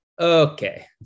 Okay